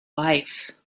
life